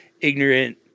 ignorant